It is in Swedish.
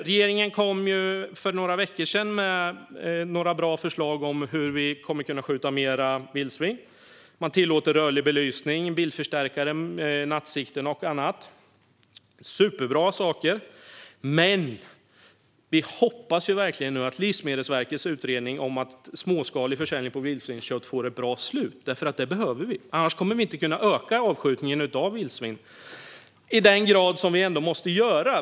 Regeringen kom för några veckor sedan med några bra förslag på hur vi ska kunna skjuta fler vildsvin. Man tillåter rörlig belysning, bildförstärkare, nattsikten och annat. Det är superbra saker, men vi hoppas nu verkligen också att Livsmedelsverkets utredning om småskalig försäljning av vildsvinskött får ett bra slut. Det behöver vi, för annars kommer vi inte att kunna öka avskjutningen av vildsvin i den grad som vi måste göra.